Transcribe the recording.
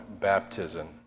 baptism